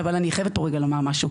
אבל אני חייבת פה רגע לומר משהו,